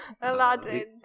Aladdin